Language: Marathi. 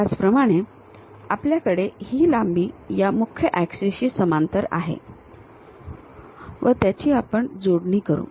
त्याचप्रमाणे आपल्याकडे ही लांबी या मुख्य ऍक्सिस शी समांतर आहे व त्याची आपण जोडणी करू